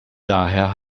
daher